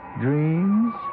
dreams